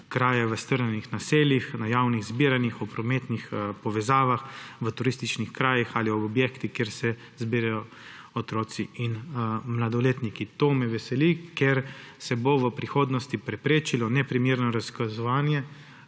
kraje v strnjenih naseljih, na javnih zbiranjih, v prometnih povezavah, v turističnih krajih ali v objektih, kjer se zbirajo otroci in mladoletniki. To me veseli, ker se bo v prihodnosti preprečilo neprimerno razkazovanje,